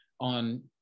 on